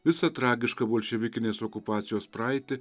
visą tragišką bolševikinės okupacijos praeitį